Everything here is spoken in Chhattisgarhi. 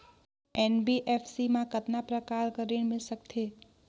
एन.बी.एफ.सी मा कतना प्रकार कर ऋण मिल सकथे?